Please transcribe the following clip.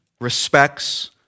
respects